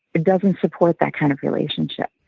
it doesn't support that kind of relationship.